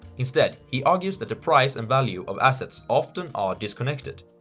instead, he argues that the price and value of assets often are disconnected.